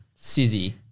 Sizzy